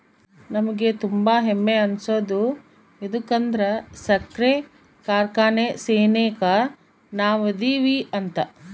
ನಮಿಗೆ ತುಂಬಾ ಹೆಮ್ಮೆ ಅನ್ಸೋದು ಯದುಕಂದ್ರ ಸಕ್ರೆ ಕಾರ್ಖಾನೆ ಸೆನೆಕ ನಾವದಿವಿ ಅಂತ